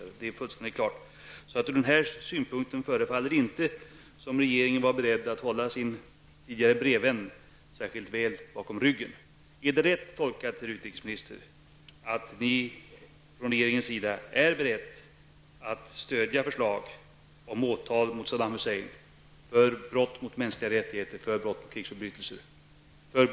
Det är alltså fullständigt klart hur det förhåller sig i det avseendet. Från den synpunkten förefaller regeringen inte vara beredd att hålla sin tidigare brevvän särskilt väl om ryggen. Är det en riktig tolkning, herr utrikesministern, att ni i regeringen är beredda att stödja framställda förslag om åtal mot Saddam Hussein för brott mot mänskliga rättigheter och för dennes krigsförbrytelser?